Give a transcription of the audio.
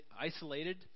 isolated